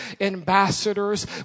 ambassadors